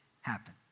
happen